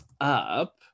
up